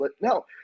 No